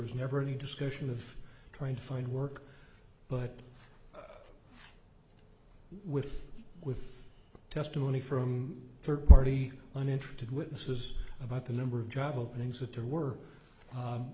was never any discussion of trying to find work but with with testimony from third party uninterested witnesses about the number of job openings that there were